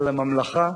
על הממלכה,